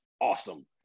Awesome